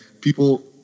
people